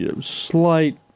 slight